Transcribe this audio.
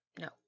no